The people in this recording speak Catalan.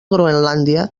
groenlàndia